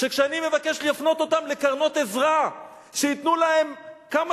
שכשאני מבקש להפנות אותם לקרנות עזרה שייתנו להם כמה